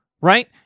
right